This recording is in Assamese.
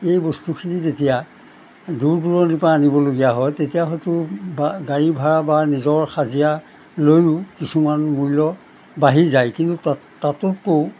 এই বস্তুখিনি যেতিয়া দূৰ দূৰণিৰ পৰা আনিবলগীয়া হয় তেতিয়া হয়তো বা গাড়ী ভাড়া বা নিজৰ হাজিৰা লৈও কিছুমান মূল্য বাঢ়ি যায় কিন্তু তত তাতোটো